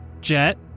Jet